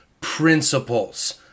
principles